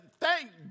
thank